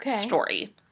story